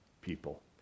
people